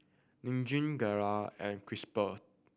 Nin Jiom Gelare and Chipster